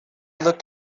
looked